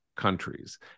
countries